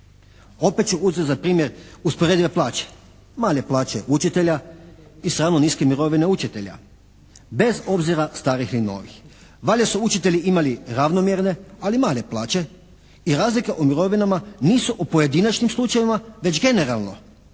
Opet ću uzeti za primjer usporedive plaće. Male plaće učitelja i samo niske mirovine učitelja, bez obzira starih ili novih. Valjda su učitelji imali ravnomjerne ali male plaće i razlike u mirovinama nisu u pojedinačnim slučajevima već generalno,